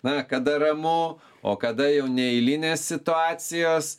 na kada ramu o kada jau neeilinės situacijos